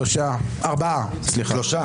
שלושה בעד, שלושה